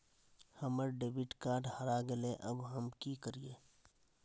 हमर debit card हरा गेले अब हम की करिये?